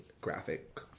graphic